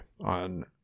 on